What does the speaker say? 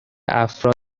افراد